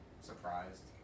surprised